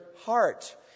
heart